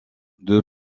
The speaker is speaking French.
deux